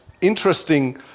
interesting